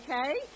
okay